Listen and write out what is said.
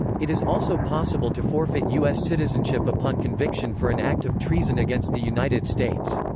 it is also possible to forfeit u s. citizenship upon conviction for an act of treason against the united states.